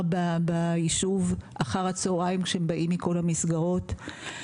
ביישוב אחר הצהריים כשהם באים מכל המסגרות.